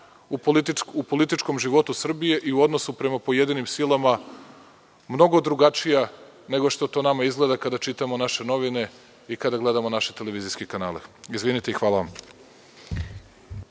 u političkom životu Srbije i u odnosu prema pojedinim silama mnogo drugačija neo što to nama izgleda kada čitamo naše novine i kada gledamo naše televizijske kanale. Izvinite i hvala vam.